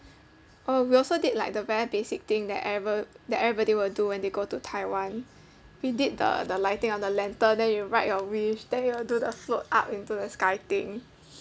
oh we also did like the very basic thing that eve~ that everybody will do when they go to taiwan we did the the lighting of the lantern then you write your wish then it'll do the float up into the sky thing